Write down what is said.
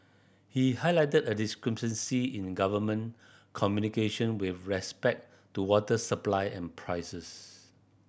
he highlighted a discrepancy in government communication with respect to water supply and prices